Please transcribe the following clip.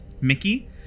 Mickey